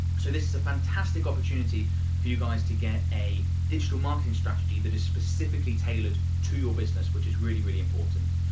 so this is a fantastic opportunity for you guys to get a digital marketing strategy that is specifically tailored to your business, which is really really important.